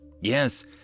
Yes